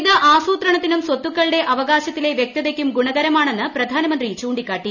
ഇത് ആസൂത്രണത്തിനും സ്വത്തുക്കളുടെ അവകാശത്തിലെ വൃക്തതയ്ക്കും ഗുണകരമാണെന്ന് പ്രധാനമന്ത്രി ചൂണ്ടിക്കാട്ടി